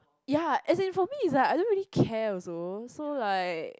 ya as in for me it's like I don't really care also so like